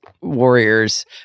Warriors